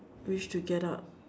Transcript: we should get out